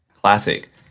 Classic